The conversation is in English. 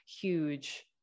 huge